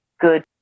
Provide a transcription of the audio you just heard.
good